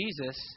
Jesus